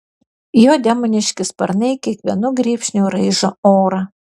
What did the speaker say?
jo demoniški sparnai kiekvienu grybšniu raižo orą